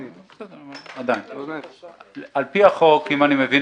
על פי החוק, אם אני מבין